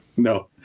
No